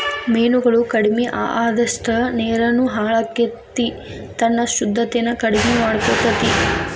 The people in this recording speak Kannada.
ಮೇನುಗಳು ಕಡಮಿ ಅಅದಷ್ಟ ನೇರುನು ಹಾಳಕ್ಕತಿ ತನ್ನ ಶುದ್ದತೆನ ಕಡಮಿ ಮಾಡಕೊತತಿ